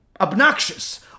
obnoxious